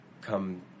come